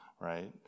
right